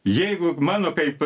jeigu mano kaip